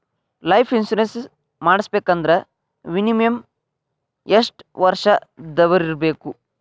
Life insurance ಮಾಡ್ಸ್ಬೇಕಂದ್ರ minimum ಯೆಷ್ಟ್ ವರ್ಷ ದವ್ರಿರ್ಬೇಕು?